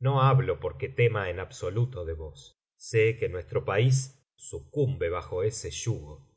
no hablo porque tema en absoluto de vos sé que nuestro país sucumbe bajo ese yugo